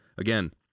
Again